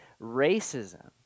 racism